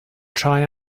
try